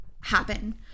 happen